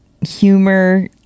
humor